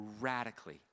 Radically